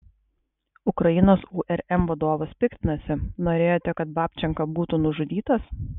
ukrainos urm vadovas piktinasi norėjote kad babčenka būtų nužudytas